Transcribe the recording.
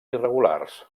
irregulars